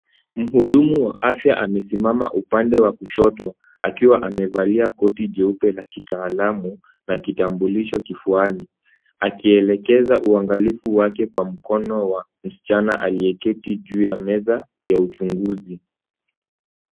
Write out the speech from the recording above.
Mhudumu wa afya amesimama upande wa kushoto, akiwa amevalia koti jeupe la kitaalamu na kitambulisho kifuani, akielekeza uangalifu wake kwa mkono wa msichana aliyeketi juu ya meza ya uchunguzi.